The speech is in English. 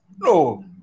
No